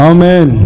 Amen